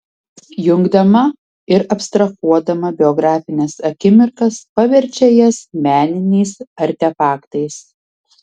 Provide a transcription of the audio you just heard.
jungdama ir abstrahuodama biografines akimirkas paverčia jas meniniais artefaktais